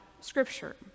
Scripture